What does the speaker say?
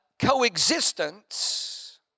coexistence